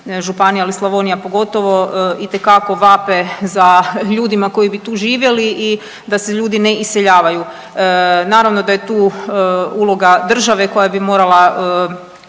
županije, ali Slavonije pogotovo itekako vape za ljudima koji bi tu živjeli i da se ljudi ne iseljavaju. Naravno da je tu uloga države koja bi morala